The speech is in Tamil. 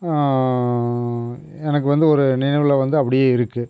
எனக்கு வந்து ஒரு நினைவில் வந்து அப்படியே இருக்கு